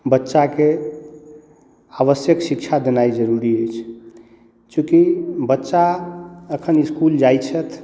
बच्चा के आवश्यक शिक्षा देनाइ जरूरी अछि चूँकि बच्चा अखन इसकुल जाय छथि